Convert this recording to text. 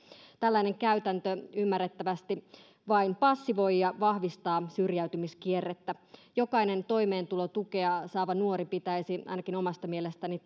tällainen käytäntö ymmärrettävästi vain passivoi ja vahvistaa syrjäytymiskierrettä jokainen toimeentulotukea saava nuori pitäisi ainakin omasta mielestäni